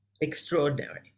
extraordinary